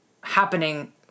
happening